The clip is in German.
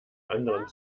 anderen